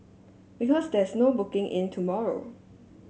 because there's no booking in tomorrow